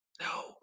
no